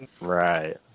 Right